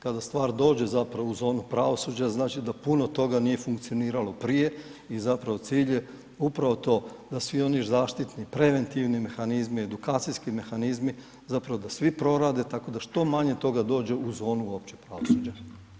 Kada stvar dođe zapravo u zonu pravosuđa znači da puno toga nije funkcioniralo prije i zapravo cilj je upravo to da svi oni zaštitni, preventivni mehanizmi, edukacijski mehanizmi zapravo da svi prorade tako da što manje toga dođe u zonu uopće pravosuđa.